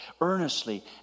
earnestly